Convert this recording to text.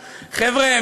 חבר'ה,